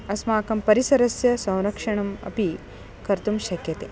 अस्माकं परिसरस्य संरक्षणम् अपि कर्तुं शक्यते